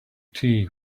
tea